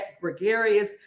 Gregarious